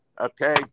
Okay